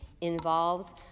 involves